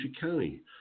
County